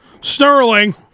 Sterling